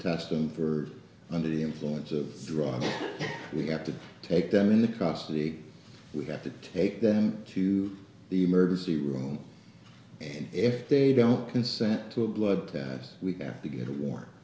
test them for under the influence of drugs we have to take them in the custody we have to take them to the emergency room and if they don't consent to a blood test we have to get a war